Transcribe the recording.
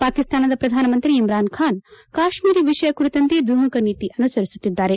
ಪಾಕಿಸ್ನಾನದ ಪ್ರಧಾನಮಂತ್ರಿ ಇಮ್ರಾನ್ ಖಾನ್ ಕಾಶ್ಮೀರ ವಿಷಯ ಕುರಿತಂತೆ ದ್ವಿಮುಖ ನೀತಿ ಅನುಸರಿಸುತ್ತಿದ್ದಾರೆ